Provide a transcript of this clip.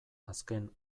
azken